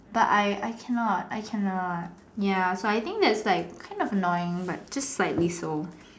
but I cannot I cannot ya so I think it's kind of annoying but just slightly so